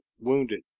wounded